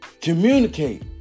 Communicate